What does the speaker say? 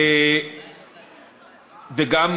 וגם,